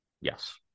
Yes